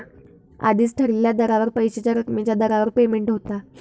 आधीच ठरलेल्या दरावर वर्षाच्या रकमेच्या दरावर पेमेंट होता